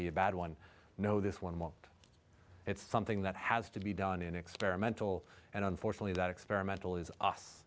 be a bad one no this one won't it's something that has to be done in experimental and unfortunately that experimental is